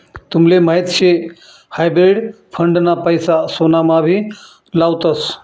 तुमले माहीत शे हायब्रिड फंड ना पैसा सोनामा भी लावतस